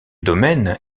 domaine